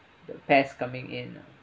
the pest coming in ah